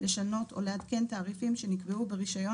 לשנות או לעדכן תעריפים שנקבעו ברישיון